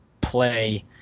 play